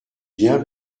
bien